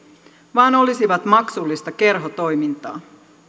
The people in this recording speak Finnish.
vaan olisivat maksullista kerhotoimintaa